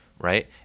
right